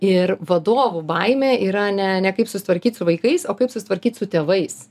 ir vadovų baimė yra ne ne kaip susitvarkyt su vaikais o kaip susitvarkyt su tėvais